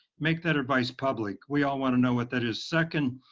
make that advice public. we all want to know what that is. second,